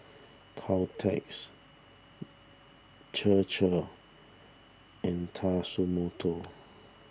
Caltex Chir Chir and Tatsumoto